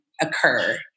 occur